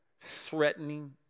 threatening